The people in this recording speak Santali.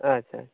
ᱟᱪᱪᱷᱟ ᱪᱷᱟ